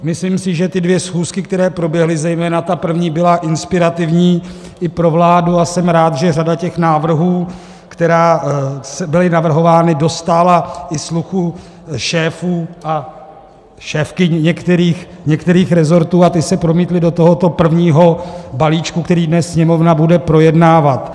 Myslím si, že ty dvě schůzky, které proběhly, zejména ta první, byly inspirativní i pro vládu, a jsem rád, že řada těch návrhů, které byly navrhovány, dostála i sluchu šéfů a šéfky některých resortů a ty se promítly do tohoto prvního balíčku, který dnes Sněmovna bude projednávat.